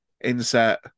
insert